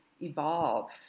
evolve